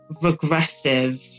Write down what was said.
regressive